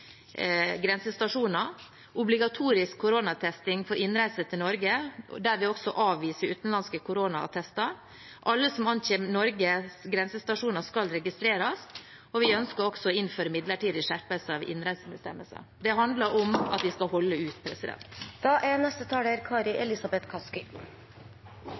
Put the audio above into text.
grensestasjoner, obligatorisk koronatesting ved innreise til Norge, der man også avviser utenlandske koronaattester. Alle som ankommer norske grensestasjoner, skal registreres, og vi ønsker også å innføre midlertidige skjerpelser i innreisebestemmelsene. Det handler om at vi skal holde ut.